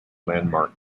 landmark